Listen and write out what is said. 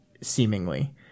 seemingly